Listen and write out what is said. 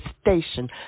station